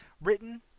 written